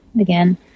again